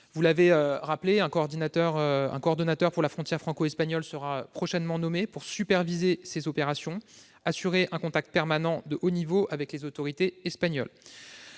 la sénatrice, un coordonnateur pour la frontière franco-espagnole sera prochainement nommé pour superviser ces opérations et assurer un contact permanent de haut niveau avec les autorités espagnoles.